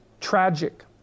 tragic